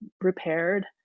repaired